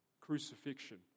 crucifixion